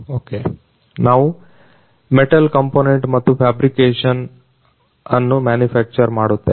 okay ನಾವು sheet metal component ಮತ್ತು fabrication ಅನ್ನು ಮ್ಯಾನುಫ್ಯಾಕ್ಚರ್ ಮಾಡುತ್ತೇವೆ